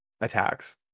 attacks